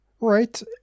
right